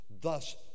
thus